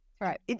Right